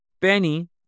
Benny